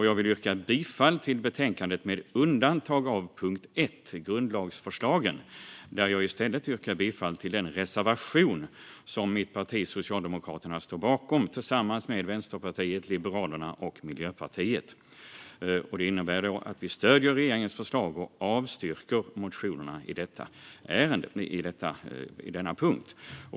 Jag vill yrka bifall till förslaget i betänkandet med undantag av punkt 1, Grundlagsförslagen, där jag i stället yrkar bifall till den reservation som mitt parti Socialdemokraterna står bakom tillsammans med Vänsterpartiet, Liberalerna och Miljöpartiet. Det innebär att vi stöder regeringens förslag och avstyrker motionerna på denna punkt.